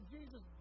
Jesus